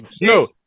no